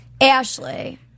Ashley